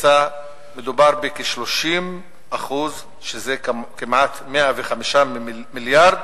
מדובר בכ-30% שזה כמעט 105 מיליארד,